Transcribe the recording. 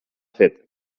fet